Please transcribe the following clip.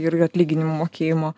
ir atlyginimų mokėjimo